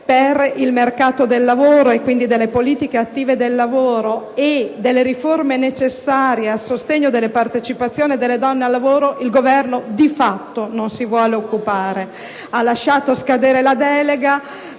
per il mercato del lavoro, e quindi le politiche attive del lavoro e le riforme necessarie al sostegno della partecipazione delle donne al lavoro - il Governo di fatto non si vuole occupare. Ha lasciato scadere la delega;